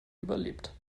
überlebt